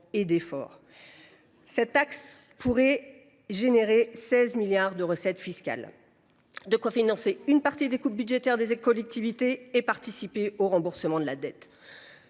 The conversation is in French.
Cette taxe pourrait générer 16 milliards d’euros de recettes fiscales, de quoi financer une partie des coupes budgétaires des collectivités et participer au remboursement de la dette.